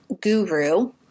guru